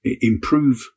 improve